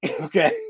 Okay